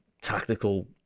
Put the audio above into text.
tactical